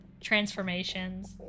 transformations